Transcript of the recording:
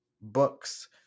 books